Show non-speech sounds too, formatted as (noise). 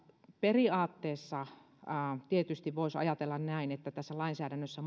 periaatteessa tietysti voisi ajatella näin että koska tässä lainsäädännössä (unintelligible)